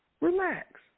Relax